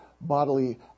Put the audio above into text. bodily